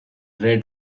read